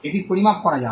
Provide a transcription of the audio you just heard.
এটি পরিমাপ করা যায়